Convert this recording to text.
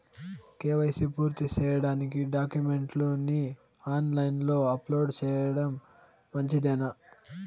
KYC పూర్తి సేయడానికి డాక్యుమెంట్లు ని ఆన్ లైను లో అప్లోడ్ సేయడం మంచిదేనా?